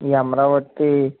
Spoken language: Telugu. ఈ అమరావతి